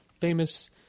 famous